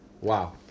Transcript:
wow